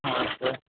हँ छै